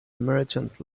merchant